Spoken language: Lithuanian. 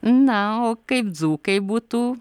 na o kaip dzūkai būtų